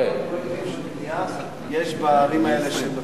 כמה פרויקטים של בנייה יש בערים האלה שבתוכנית?